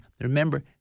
remember